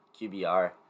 QBR